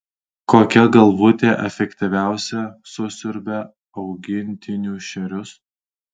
kokia galvutė efektyviausia susiurbia augintinių šerius